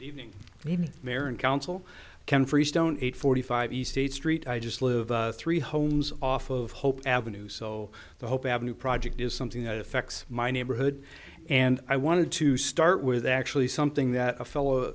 evening even marin counsel ken freestone eight forty five easy street i just live three homes off of hope avenue so the hope avenue project is something that affects my neighborhood and i wanted to start with actually something that a fell